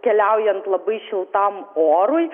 keliaujant labai šiltam orui